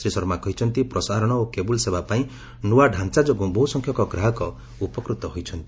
ଶ୍ରୀ ଶର୍ମା କହିଛନ୍ତି ପ୍ରସାରଣ ଓ କେବୁଲ ସେବା ପାଇଁ ନୂଆ ତାଞ୍ଚା ଯୋଗୁଁ ବହୁ ସଂଖ୍ୟକ ଗ୍ରାହକ ଉପକୃତ ହୋଇଛନ୍ତି